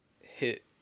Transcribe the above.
hit